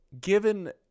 given